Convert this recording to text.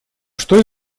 что